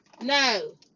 No